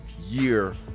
year